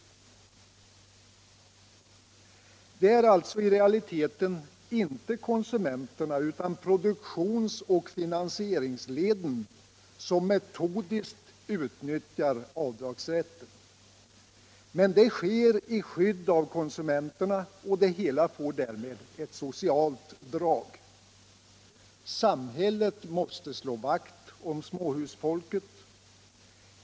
Det är alltså i realiteten inte konsumenterna utan produktionsoch finansieringsleden som metodiskt utnyttjar avdragsrätten. Men det sker i skydd av konsumenterna, och det hela får därmed ett socialt drag. Samhället måste slå vakt om småhusfolket.